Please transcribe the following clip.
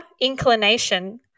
inclination